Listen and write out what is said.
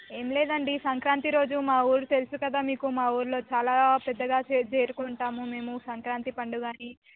ఏమి లేదండి సంక్రాంతి రోజు మా ఊరు తెలుసు కదా మీకు మా ఊళ్ళో చాలా పెద్దగా జే జరుపుకుంటాము మేము సంక్రాంతి పండుగని